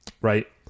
Right